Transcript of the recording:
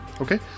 Okay